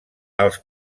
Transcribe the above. els